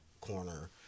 corner